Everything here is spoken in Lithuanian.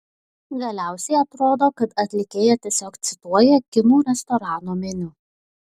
galiausiai atrodo kad atlikėja tiesiog cituoja kinų restorano meniu